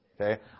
Okay